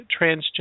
transgender